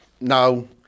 No